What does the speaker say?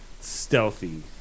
stealthy